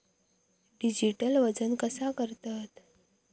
Digital वजन कसा करतत?